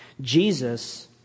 Jesus